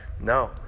No